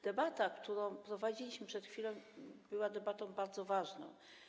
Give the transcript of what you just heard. Debata, którą prowadziliśmy przed chwilą, była debatą bardzo ważną.